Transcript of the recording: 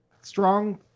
strong